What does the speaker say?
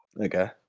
Okay